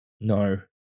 No